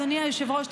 אדוני היושב-ראש,